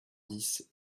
dix